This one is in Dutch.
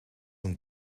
een